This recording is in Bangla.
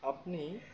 আপনি